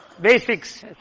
Basics